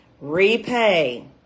Repay